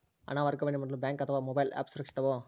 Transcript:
ಹಣ ವರ್ಗಾವಣೆ ಮಾಡಲು ಬ್ಯಾಂಕ್ ಅಥವಾ ಮೋಬೈಲ್ ಆ್ಯಪ್ ಸುರಕ್ಷಿತವೋ?